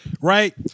right